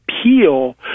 appeal